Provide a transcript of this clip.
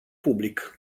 public